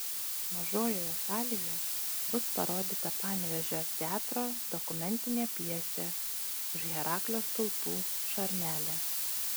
mažojoje salėje bus parodyta panevėžio teatro dokumentinė pjesė už heraklio stulpų šarnelė